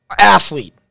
athlete